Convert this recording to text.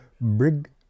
Brig